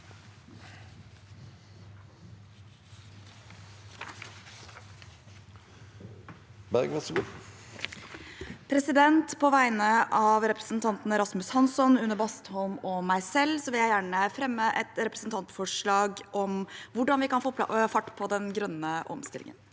På vegne av representantene Rasmus Hansson, Une Bastholm og meg selv vil jeg gjerne fremme et representantforslag om hvordan vi kan få fart på den grønne omstillingen.